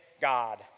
God